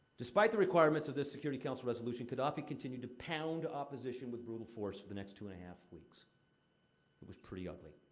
despite the requirements of this security council resolution, qaddafi continued to pound opposition with brutal force for the next two and a half weeks. it was pretty ugly.